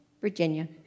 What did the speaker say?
Virginia